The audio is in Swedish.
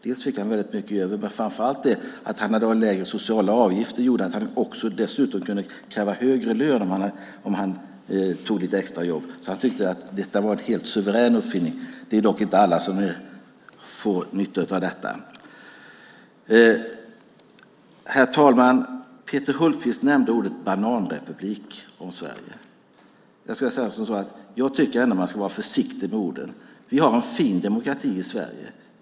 Han fick väldigt mycket över, men framför allt på grund av lägre sociala avgifter kunde han dessutom kräva högre lön om han tog lite extra jobb. Han tyckte att detta var en helt suverän uppfinning. Det är dock inte alla som får nytta av detta. Herr talman! Peter Hultqvist nämnde ordet bananrepublik om Sverige. Jag tycker ändå att man ska vara försiktig med orden. Vi har en fin demokrati i Sverige.